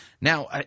Now